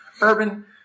Urban